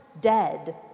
dead